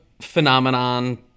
phenomenon